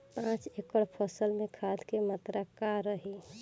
पाँच एकड़ फसल में खाद के मात्रा का रही?